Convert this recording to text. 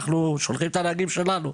אנחנו שולחים את הנהגים שלנו,